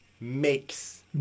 makes